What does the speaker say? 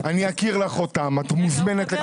אני אכיר לך אותה, את מוזמנת.